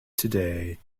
today